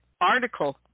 article